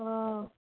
অঁ